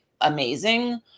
amazing